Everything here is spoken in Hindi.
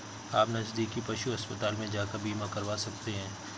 आप नज़दीकी पशु अस्पताल में जाकर बीमा करवा सकते है